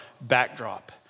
backdrop